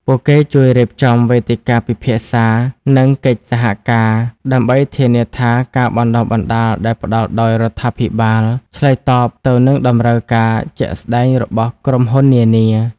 ពួកគេជួយរៀបចំវេទិកាពិភាក្សា និងកិច្ចសហការ ដើម្បីធានាថាការបណ្តុះបណ្តាលដែលផ្តល់ដោយរដ្ឋាភិបាលឆ្លើយតបទៅនឹងតម្រូវការជាក់ស្តែងរបស់ក្រុមហ៊ុននានា។